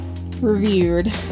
revered